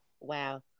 wow